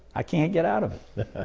i can't get out of